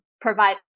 provide